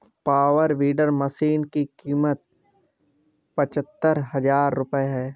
power weeder machine की कीमत पचहत्तर हजार रूपये है